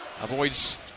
Avoids